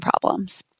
problems